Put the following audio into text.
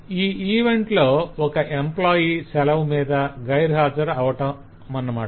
ఈ ఈవెంట్ లో ఒక ఎంప్లాయ్ సెలవు మీద గైర్హాజరు అవటమన్నమాట